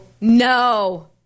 no